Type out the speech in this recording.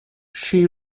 she